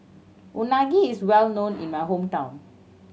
unagi is well known in my hometown